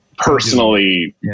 Personally